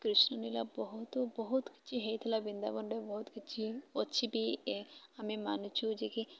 କୃଷ୍ଣ ଲିଳା ବହୁତ ବହୁତ କିଛି ହେଇଥିଲା ବୃନ୍ଦାବନରେ ବହୁତ କିଛି ଅଛି ବି ଆମେ ମାନୁଛୁ ଯେ କି